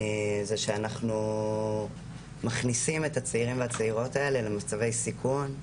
זה שאנחנו מכניסים את הצעירים והצעירות האלה למצבי סיכון.